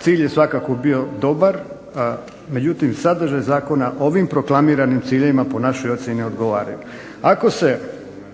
Cilj je svakako bio dobar međutim, sadržaj Zakona ovim proklamiranim ciljevima po našoj ocjeni odgovaraju. Ako se,